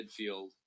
midfield